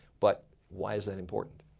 but why is that important?